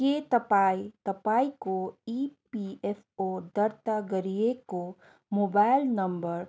के तपाईँ तपाईँको इपिएफओ दर्ता गरिएको मोबाइल नम्बर